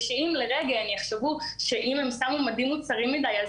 אסור שהן יחשבו שאם הן שמו מדים צרים מדיי,